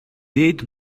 дээд